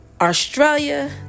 Australia